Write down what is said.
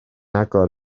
agor